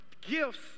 gifts